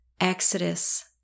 exodus